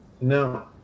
No